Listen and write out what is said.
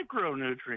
micronutrients